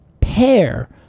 pair